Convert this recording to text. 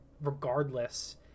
regardless